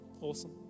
awesome